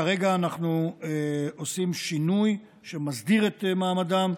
כרגע אנחנו עושים שינוי שמסדיר את מעמדם: